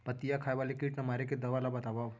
पत्तियां खाए वाले किट ला मारे के दवा ला बतावव?